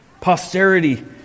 Posterity